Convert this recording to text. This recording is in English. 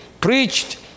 preached